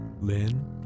Lynn